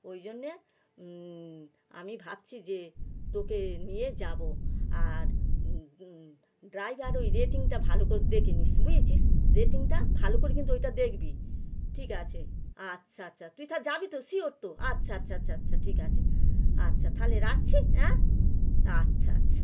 ওই জন্যে আমি ভাবছি যে তোকে নিয়ে যাবো আর ড্রাইভার ওই রেটিংটা ভালো করে দেখে নিস বুঝেছিস রেটিংটা ভালো করে কিন্তু ওইটা দেখবি ঠিক আছে আচ্ছা আচ্ছা তুই তা যাবি তো শিওর তো আচ্ছা আচ্ছা আচ্ছা আচ্ছা ঠিক আছে আচ্ছা তাহলে রাখছি হ্যাঁ আচ্ছা আচ্ছা